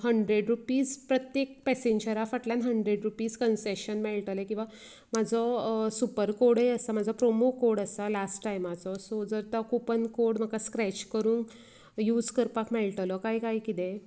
hundred rupees प्रत्येक पेसेन्जरा फाटल्यान हण्ड्रेड रुपीज कन्सेशन मेळटले किंवां म्हाजो सुपर कॉडय आसा म्हाजो प्रॉमो कॉड आसा लास्ट टायमाचो सो जर तो कुपन कोड म्हाका स्क्रॅच करून यूज करपाक मेळटलो काय कांय कितें